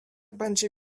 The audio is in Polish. będzie